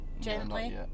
gently